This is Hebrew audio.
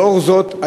בשל זאת,